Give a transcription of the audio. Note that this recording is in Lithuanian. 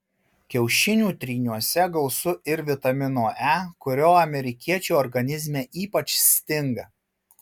kiaušinių tryniuose gausu ir vitamino e kurio amerikiečių organizme ypač stinga